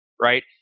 right